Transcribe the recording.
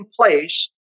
place